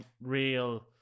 real